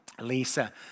Lisa